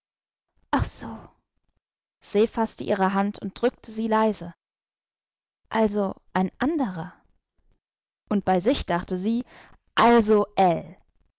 so se faßte ihre hand und drückte sie leise also ein anderer und bei sich dachte sie also